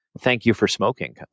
thank-you-for-smoking